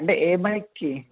అంటే ఏ బైక్కి